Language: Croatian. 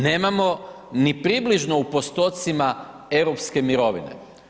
Nemamo ni približno u postocima europske mirovine.